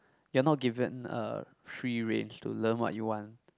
you're not given a free range to learn what you want